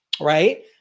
right